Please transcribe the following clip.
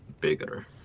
bigger